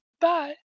Bye